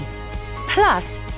Plus